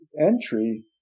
entry